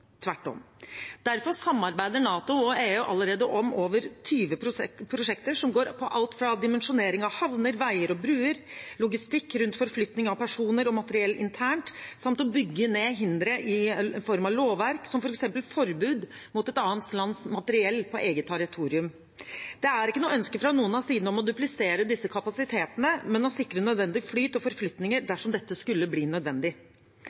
tvert om. Derfor samarbeider NATO og EU allerede om over 20 prosjekter som går på alt fra dimensjonering av havner, veier og bruer, logistikk rundt forflytning av personer og materiell internt til å bygge ned hindre i form av lovverk, som f.eks. forbud mot et annet lands materiell på eget territorium. Det er ikke noe ønske fra noen av sidene om å duplisere disse kapasitetene, men å sikre nødvendig flyt og forflytninger dersom dette skulle bli nødvendig.